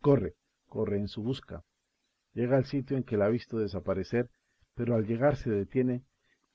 corre corre en su busca llega al sitio en que la ha visto desaparecer pero al llegar se detiene